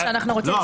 --- לא,